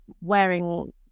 wearing